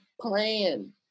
plan